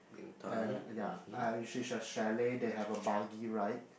and uh ya which is a chalet they have a buggy ride